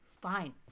fine